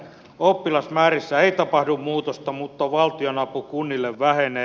oppilasmäärissä ei tapahdu muutosta mutta valtionapu kunnille vähenee